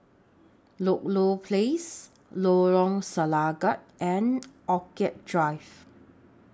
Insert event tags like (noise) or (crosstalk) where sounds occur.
Ludlow Place Lorong Selangat and (noise) Orchid Drive